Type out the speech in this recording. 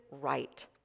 right